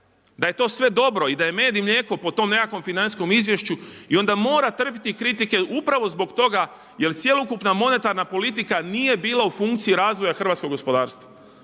da je to sve dobro i da je med i mlijeko po tom nekakvom financijskom izvješću i onda mora trpiti kritike upravo zbog toga jer cjelokupna monetarna politika nije bila u funkciji razvoja hrvatskog gospodarstva